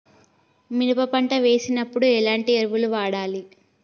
మినప పంట వేసినప్పుడు ఎలాంటి ఎరువులు వాడాలి?